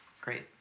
Great